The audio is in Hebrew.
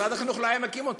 משרד החינוך לא היה מקים אותם.